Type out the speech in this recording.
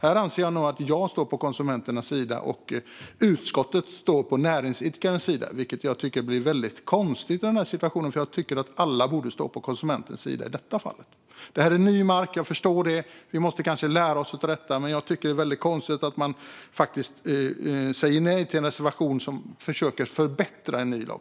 Här anser jag nog att jag står på konsumenternas sida och att utskottet står på näringsidkarnas sida, vilket jag tycker blir väldigt konstigt i den här situationen. Jag tycker att alla borde stå på konsumenternas sida i detta fall. Det här är ny mark; jag förstår det. Vi måste kanske lära oss av detta. Jag tycker dock att det är väldigt konstigt att man säger nej till en reservation som försöker att förbättra en ny lag.